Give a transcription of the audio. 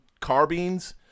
carbines